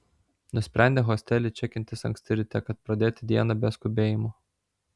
nusprendė hostely čekintis anksti ryte kad pradėti dieną be skubėjimo